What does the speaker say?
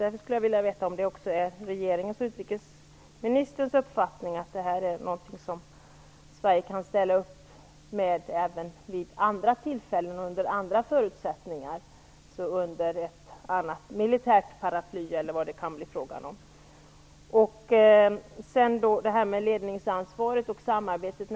Därför skulle jag vilja veta om det också är regeringens och utrikesministerns uppfattning att detta är något som Sverige kan ställa upp med även vid andra tillfällen, under andra förutsättningar, under ett annat militärt paraply eller vad det kan bli fråga om. Jag vill ta upp ledningsansvaret och samarbetet.